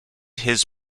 his